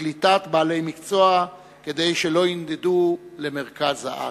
וקליטת בעלי מקצוע כדי שלא ינדדו למרכז הארץ.